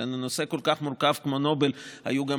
אלא בנושא כל כך מורכב כמו נובל היו גם